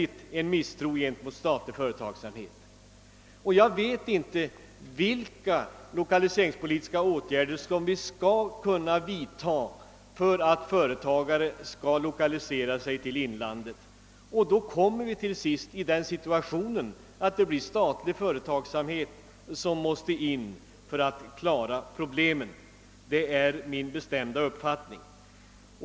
Jag vet inte vilka lokaliseringspolitiska åtgärder staten skall kunna vidta för att företagare skall lokalisera sig till inlandet. Till sist torde vi komma i den situationen att problemen måste lösas genom statlig företagsamhet — det är min bestämda uppfattning.